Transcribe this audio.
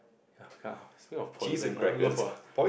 speaking of poison I wanna go for